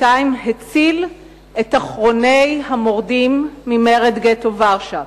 הציל את אחרוני המורדים במרד גטו ורשה.